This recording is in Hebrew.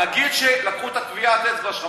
נגיד שלקחו את טביעת האצבע שלך.